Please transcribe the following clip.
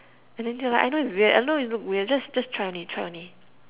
and then they were like I know it's weird I know it looks weird just just try only try only